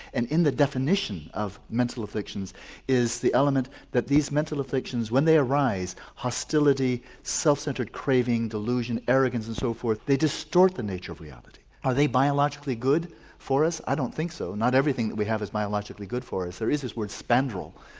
and in the definition of mental afflictions is the element that these mental afflictions when they arise, hostility, self centred craving, delusion, arrogance and so forth they distort the nature of reality. are they biologically good for us? i don't think so, not everything that we have is biologically good for us. there is this word spandrel,